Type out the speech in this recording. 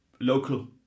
local